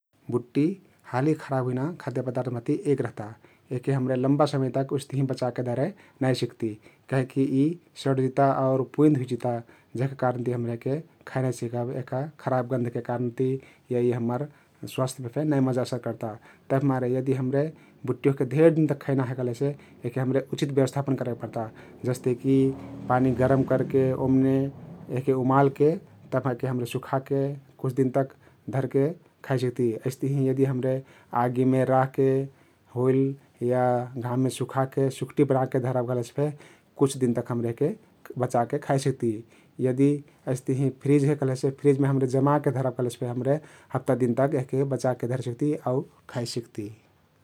बुट्टी हाली खराब हुइना खद्य पदार्थ माहति एक रहता । यहके हमरे लम्बा समय तक उस्तहिं बचाके धरे नाई सिक्ती काहिकी यी सड्जिता आउर पुइँध हुइजिता जेहका कारनति हमरे यहके खाइ नाई सकब । यहका खराब गन्धके कारनति या यी हम्मर स्वास्थ्यमे फे नाई मजा असर कर्ता । तभिमारे हमरे यदी बुट्टी ओहके ढेर दिन तक खैना हे कहलेसे यहके हमरे उचित व्यवस्थापन करेक पर्ता । जस्तेकी पानी गरम करके ओमने यहके उमालके तब जाके हमरे सुखाके कुछ दिन तक धरके खाई सिक्ती । अइस्तहिं यदी हम्रे आगीम राहके होइल या घाममे सुखाके सुखटी बनाके धरब कहलेसे फे कुछ दिन तक हमरे बचाके खाई सिक्ती । यदी अइस्तहिं प्रिज हे कहलेसे फ्रिजमे हमरे जमाके धरब कहलेसे फे हमरे हप्ता दिन तक यहके बचाके धरे सिक्ति आउ खाई सिक्ती ।